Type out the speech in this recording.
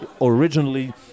originally